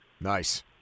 Nice